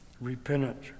repentance